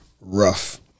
rough